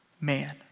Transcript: man